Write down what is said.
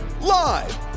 Live